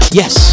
yes